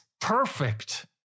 perfect